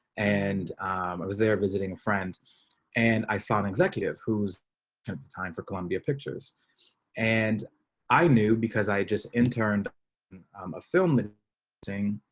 and i was there, visiting a friend and i saw an executive who's at the time for columbia pictures and i knew because i just interned a film that thing.